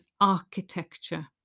architecture